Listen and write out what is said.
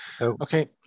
Okay